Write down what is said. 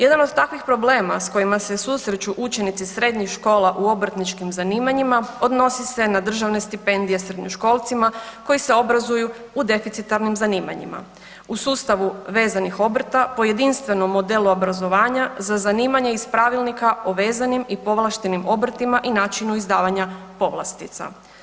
Jedan od takvih problema s kojima se susreću učenici srednjih škola u obrtničkim zanimanjima odnosi se na državne stipendije srednjoškolcima koji se obrazuju u deficitarnim zanimanjima u sustavu vezanih obrta po jedinstvenom modelu obrazovanja za zanimanje iz Pravilnika o vezanim i povlaštenim obrtima i načinu izdavanja povlastica.